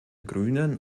grünen